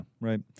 right